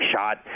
shot